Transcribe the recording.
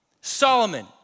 Solomon